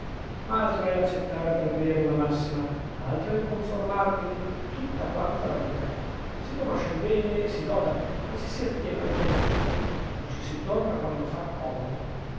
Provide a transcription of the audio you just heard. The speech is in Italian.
ma altro è l'accettare per vera una massima altro il conformarvi tutta quanta la vita si conosce il bene e si loda ma ci si attiene al peggio o ci si torna quando fa comodo